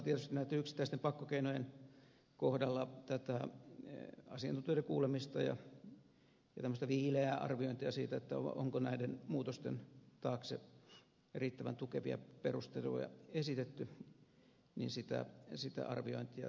mutta tietysti näitten yksittäisten pakkokeinojenkin kohdalla tätä asiantuntijoiden kuulemista ja tämmöistä viileää arviointia siitä onko näiden muutosten taakse riittävän tukevia perusteluja esitetty toki tarvitaan